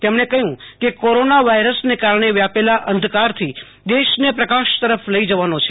તેમણે કહય કે કોરોના વાયરસને કારણે વ્યાપેલા અંધકારથો દેશન પ્રકાશ તરફ લઈ જવાનો છે